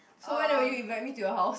so when you will invite me to your house